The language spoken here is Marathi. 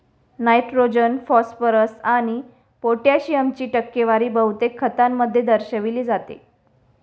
नायट्रोजन, फॉस्फरस आणि पोटॅशियमची टक्केवारी बहुतेक खतांमध्ये दर्शविली जाते